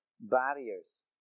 barriers